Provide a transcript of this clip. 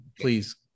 please